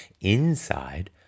inside